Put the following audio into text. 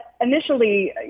initially